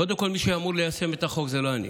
קודם כול, מי שאמור ליישם את החוק הוא לא אני.